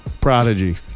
Prodigy